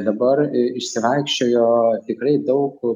dabar išsivaikščiojo tikrai daug